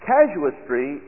Casuistry